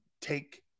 Take